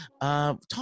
Talk